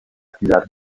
ciudad